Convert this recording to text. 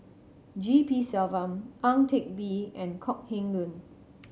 G P Selvam Ang Teck Bee and Kok Heng Leun